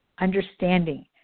understanding